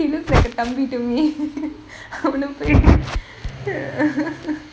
he look like a to me I wouldn't